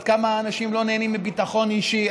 עד כמה אנשים לא נהנים מביטחון אישי,